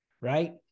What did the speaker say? right